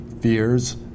fears